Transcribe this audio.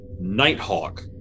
Nighthawk